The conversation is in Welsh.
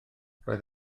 roedd